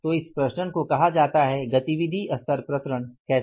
तो इस प्रसरण को कहा जाता है गतिविधि स्तर प्रसरण कैसे